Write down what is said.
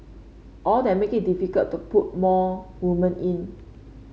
all that made it difficult to put more woman in